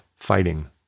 Fighting